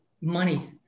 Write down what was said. money